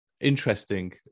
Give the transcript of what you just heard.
Interesting